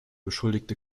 beschuldigte